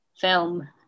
film